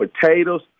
potatoes